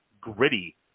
gritty